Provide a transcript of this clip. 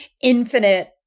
infinite